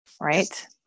Right